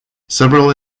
several